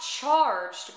charged